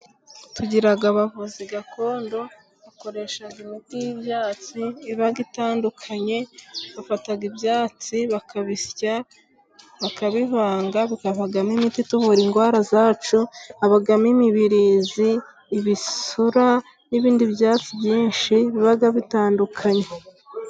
Tugira abavuzi gakondo， bakoresha imiti y’ibyatsi iba itandukanye，bafata ibyatsi bakabisya，bakabivanga， bikavamo imiti ituvura indwara zacu，habamo imibirizi，ibisura n'ibindi byatsi byinshi， biba bitandukanye.